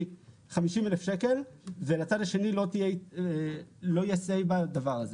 50 אלף שקלים ולצד השני לא יהיה SAY בדבר הזה.